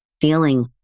feeling